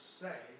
say